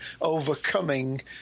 overcoming